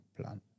plan